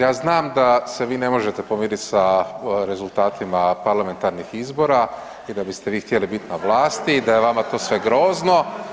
Ja znam da se vi ne možete pomirit sa rezultatima parlamentarnih izbora i da biste vi htjeli biti na vlasti i da je to vama sve grozno.